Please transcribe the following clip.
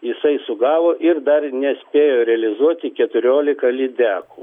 jisai sugavo ir dar nespėjo realizuoti keturiolika lydekų